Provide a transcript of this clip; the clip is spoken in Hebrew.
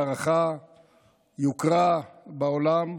הערכה ויוקרה בעולם.